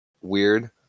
weird